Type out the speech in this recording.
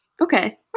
Okay